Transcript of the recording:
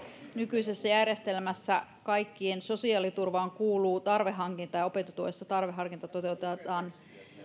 nykyisessä järjestelmässä kaikkien sosiaaliturvaan kuuluu tarveharkinta ja opintotuessa tarveharkinta toteutetaan